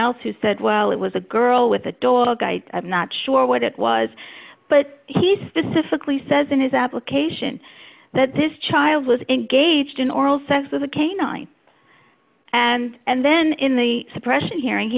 else who said well it was a girl with a dog i am not sure what it was but he specifically says in his application that this child was engaged in oral sex with a canine and and then in the suppression hearing